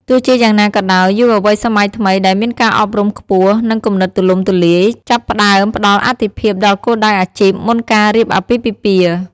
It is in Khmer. ទោះជាយ៉ាងណាក៏ដោយ យុវវ័យសម័យថ្មី ដែលមានការអប់រំខ្ពស់ និងគំនិតទូលំទូលាយ ចាប់ផ្ដើមផ្ដល់អាទិភាពដល់គោលដៅអាជីពមុនការរៀបអាពាហ៍ពិពាហ៍។